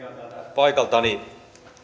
paikaltani